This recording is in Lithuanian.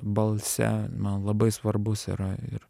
balse man labai svarbus yra ir